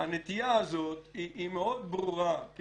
הנטייה הזאת מאוד ברורה.